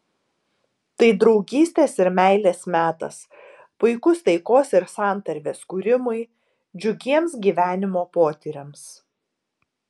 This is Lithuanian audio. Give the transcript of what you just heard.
tai draugystės ir meilės metas puikus taikos ir santarvės kūrimui džiugiems gyvenimo potyriams